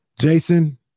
Jason